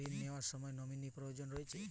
ঋণ নেওয়ার সময় নমিনি কি প্রয়োজন রয়েছে?